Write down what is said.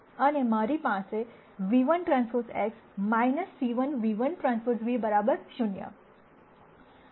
અને મારી પાસે ν₁TX c1 ν₁T ν 0